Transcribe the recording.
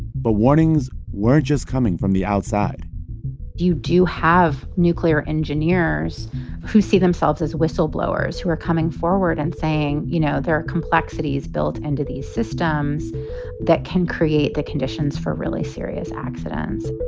but warnings weren't just coming from the outside you do have nuclear engineers who see themselves as whistleblowers, who are coming forward and saying, you know, there are complexities built into these systems that can create the conditions for really serious accidents